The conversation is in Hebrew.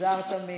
שיזהר תמיד.